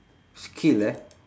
skill eh